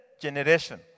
generation